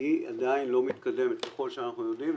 היא עדיין לא מתקדמת ככל שאנחנו יודעים.